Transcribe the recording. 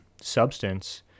substance